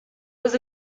was